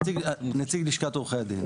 נציג לשכת עורכי הדין.